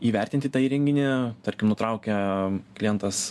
įvertinti tą įrenginį tarkim nutraukia klientas